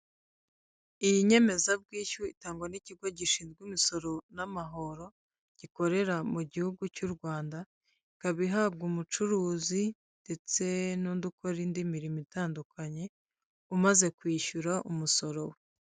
Iyi nyemezabwishyu itangwa n'ikigo gishinzwe imisoro n'amahoro gikorera mu gihugu cy'u Rwanda, ikaba ihabwa umucuruzi ndetse n'undi ukora indi mirimo itandukanye umaze kwishyura umusoro we.